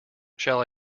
shall